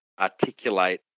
articulate